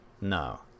no